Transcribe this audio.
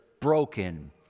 broken